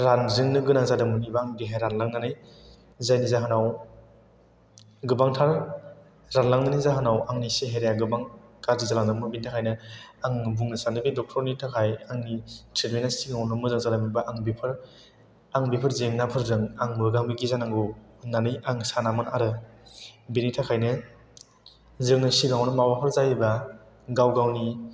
रानज्रिंनो गोनां जादोंमोन एबा आंनि देहाया रानलांनानै जायनि जाहोनाव गोबांथार रानलांनायनि जाहोनाव आंनि सेहेराया गोबां गाज्रि जालांदोंमोन बिनि थाखायनो आं बुंनो सानो बे डक्टरनि थाखाय आंनि ट्रिटमेन्ता सिगाङावनो मोजां जानायमोनब्ला आं बेफोर जेंनाफोरजों आं मोगा मोगि जानांगौ होननानै आं सानामोन आरो बिनि थाखायनो जों सिगाङावनो माबाफोर जायोबा गाव गावनि